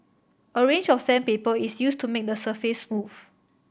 a range of sandpaper is used to make the surface smooth